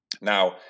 Now